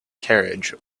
carriage